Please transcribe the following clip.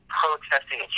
protesting